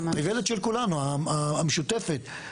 איוולת של כולנו, המשותפת.